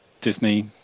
Disney